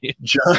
John